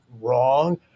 wrong